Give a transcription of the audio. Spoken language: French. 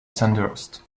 sandhurst